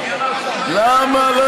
למה לא